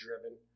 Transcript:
driven